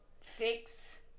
fix